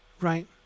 Right